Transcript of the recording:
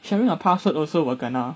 sharing a password also will kena